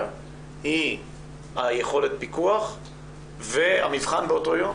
היא היכולת פיקוח והמבחן באותו יום?